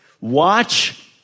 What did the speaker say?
watch